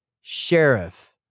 sheriff